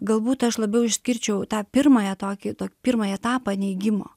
galbūt aš labiau išskirčiau tą pirmąją tokį pirmą etapą neigimo